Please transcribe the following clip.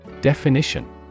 Definition